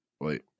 wait